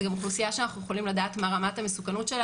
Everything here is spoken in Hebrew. וזאת גם אוכלוסייה שאנחנו יכולים לדעת מה רמת המסוכנות שלה,